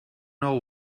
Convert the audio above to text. know